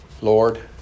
Lord